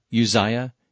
Uzziah